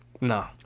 No